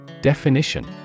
Definition